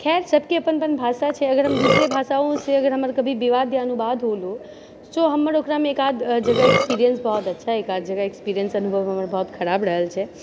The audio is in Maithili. खैर सबके अपन अपन भाषा छै अगर हम दुसरे भाषाओं से अगर हमर कभी विवाद होलौ हमर ओकरामे एक आध जगह एक्सपीरियंस बहुत अच्छा छै एक आध जगह एक्सपीरियंस अनुभव बहुत खराब रहल छै